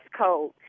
code